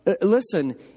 Listen